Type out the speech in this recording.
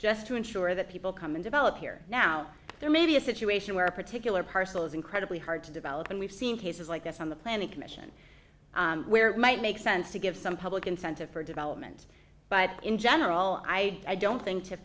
just to ensure that people come and develop here now there may be a situation where a particular parcel is incredibly hard to develop and we've seen cases like this on the planning commission where might make sense to give some public incentive for development but in general i don't think to